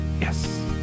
Yes